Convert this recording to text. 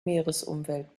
meeresumwelt